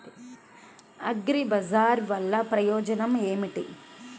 అగ్రిబజార్ వల్లన ప్రయోజనం ఏమిటీ?